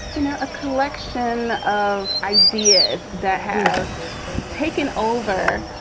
you know, a collection of ideas that have taken over.